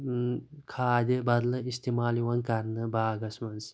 إم کھادِ بَدلہٕ اِستعمال یِوان کرنہٕ باغس منٛز